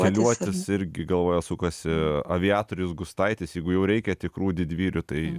keliuotis irgi galvoje sukasi aviatorius gustaitis jeigu jau reikia tikrų didvyrių tai